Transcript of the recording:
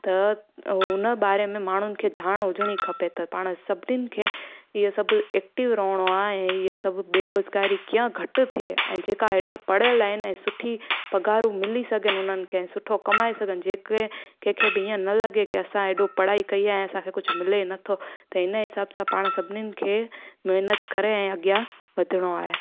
त ऐं हुन बारे में माण्हुनि खे ॼाण हुजणी खपे त पाण सभिनीनि खे इहे सभु एक्टिव रहणो आहे ऐं इहे सभु बेरोज़गारी कीअं घटि थिए ऐं जेका हेॾा पढ़ियलु आहिनि ऐं सुठी पघारूं मिली सघनि हुननि खे ऐं सुठो कमाए सघनि जेके केखे बि हीअं न लॻे की असां हेॾो पढ़ाई कई आहे असांखे कुझु मिले नथो त हिन जे हिसाब सां पाण सभिनीनि खे महिनत करे ऐं अॻियां वधिणो आह